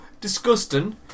disgusting